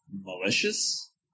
Malicious